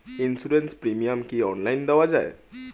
Insurance premium কি online দেওয়া যায়?